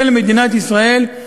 של מדינת ישראל,